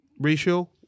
ratio